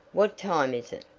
what time is it?